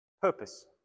purpose